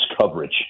coverage